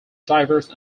diverse